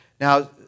Now